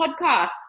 podcasts